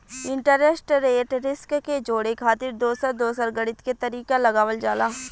interest rate risk के जोड़े खातिर दोसर दोसर गणित के तरीका लगावल जाला